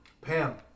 Pam